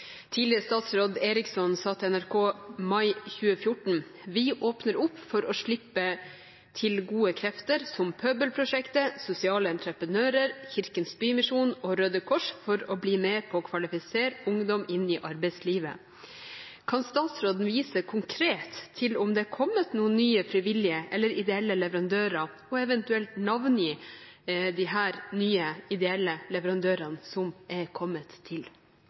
gode krefter som Pøbelprosjektet, sosiale entreprenører, Kirkens Bymisjon og Røde Kors for å bli med på å kvalifisere ungdom inn i arbeidslivet.» Kan statsråden vise konkret til om det er kommet noen nye frivillige eller ideelle leverandører og eventuelt navngi disse nye ideelle leverandørene som er kommet til?»